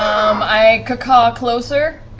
i caw-caw closer